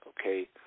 okay